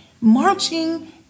Marching